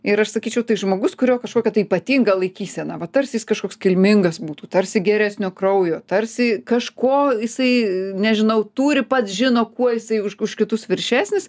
ir aš sakyčiau tai žmogus kurio kažkokia ypatinga laikysena va tarsi jis kažkoks kilmingas būtų tarsi geresnio kraujo tarsi kažko jisai nežinau turi pats žino kuo jisai už už kitus viršesnis